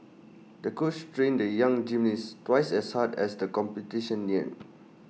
the coach trained the young gymnast twice as hard as the competition neared